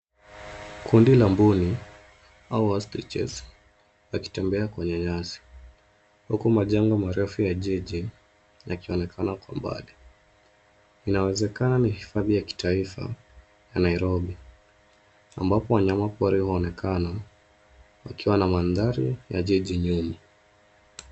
Kundi la mbuni au ostriches wakitembea kwenye nyasi, huku majengo marefu ya jiji yakionekana kwa mbali. Inawezekana ni hifadhi ya kitaifa ya Nairobi ambapo wanyama pori huonekana wakiwa na mandhari ya jiji nyuma.